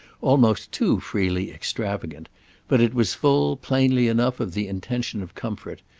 almost too freely extravagant but it was full, plainly enough, of the intention of comfort,